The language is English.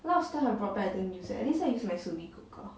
a lot of stuff I brought back I didn't use it at least I used my sous vide cooker